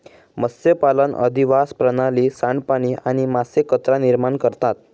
मत्स्यपालन अधिवास प्रणाली, सांडपाणी आणि मासे कचरा निर्माण करता